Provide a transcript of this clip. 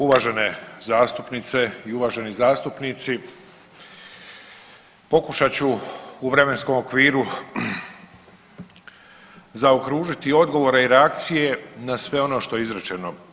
Uvažene zastupnice i uvaženi zastupnici, pokušat ću u vremenskom okviru zaokružiti odgovore i reakcije na sve ono što je izrečeno.